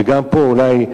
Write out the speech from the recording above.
וגם פה אולי,